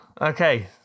Okay